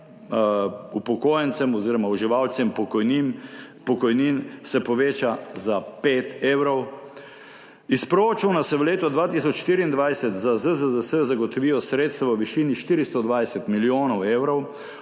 upokojencem oziroma uživalcem pokojnin se poveča za pet evrov. Iz proračuna se v letu 2024 za ZZZS zagotovijo sredstva v višini 420 milijonov evrov,